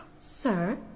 Sir